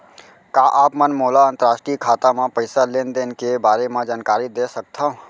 का आप मन मोला अंतरराष्ट्रीय खाता म पइसा लेन देन के बारे म जानकारी दे सकथव?